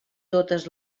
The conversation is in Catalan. totes